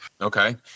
Okay